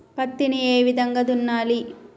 పత్తిని ఏ విధంగా దున్నాలి?